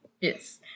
Yes